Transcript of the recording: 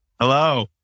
Hello